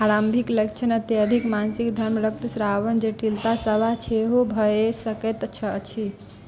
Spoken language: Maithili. आरम्भिक लक्षण अत्यधिक मासिक धर्म रक्तस्रावके जटिलता सब सेहो भऽ सकैत छै अछि